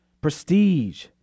prestige